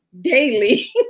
daily